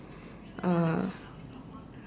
uh